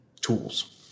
tools